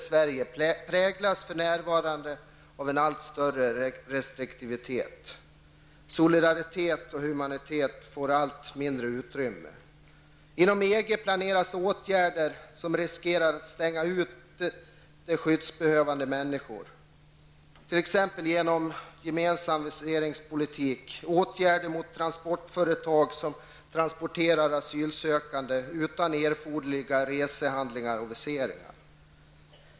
Sverige präglas för närvarande av allt större restriktivitet. Solidaritet och humanitet får ett allt mindre utrymme. Inom EG planeras åtgärder som riskerar att stänga ute skyddsbehövande människor, t.ex. gemensam viseringspolitik och åtgärder mot transportföretag som transporterar asylsökande utan erforderliga resehandlingar och viseringar.